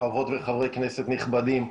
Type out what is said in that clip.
חברות וחברי כנסת נכבדים,